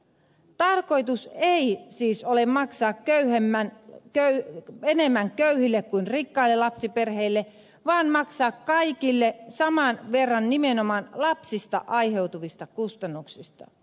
tarkoitus ei siis ole maksaa enemmän köyhille kuin rikkaille lapsiperheille vaan maksaa kaikille saman verran nimenomaan lapsista aiheutuvista kustannuksista